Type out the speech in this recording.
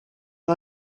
mae